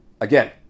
again